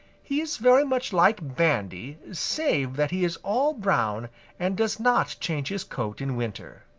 he is very much like bandy save that he is all brown and does not change his coat in winter.